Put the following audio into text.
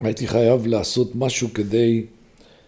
‫הייתי חייב לעשות משהו כדי...